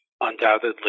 undoubtedly